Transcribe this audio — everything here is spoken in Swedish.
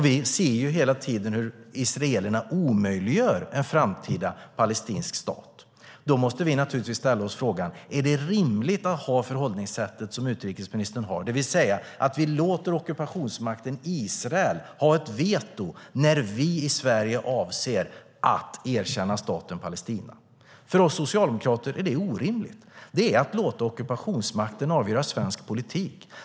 Vi ser hela tiden hur israelerna omöjliggör en framtida palestinsk stat. Då måste vi naturligtvis ställa oss frågan: Är det rimligt att ha det förhållningssätt som utrikesministern har, det vill säga att vi ska låta ockupationsmakten Israel ha ett veto när vi i Sverige avser att erkänna staten Palestina. För oss socialdemokrater är det orimligt. Det är att låta ockupationsmakten avgöra svensk politik.